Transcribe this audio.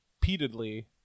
repeatedly